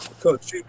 coach